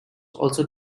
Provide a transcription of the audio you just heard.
also